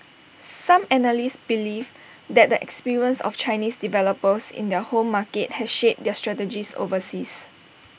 some analysts believe that the experience of Chinese developers in their home market has shaped their strategies overseas